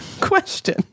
question